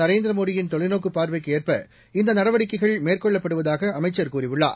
நரேந்திர மோடியின் தொலைநோக்குப் பார்வைக்கு ஏற்ப இந்த நடவடிக்கைகள் மேற்கொள்ளப்படுவதாக அமைச்சர் கூறியுள்ளார்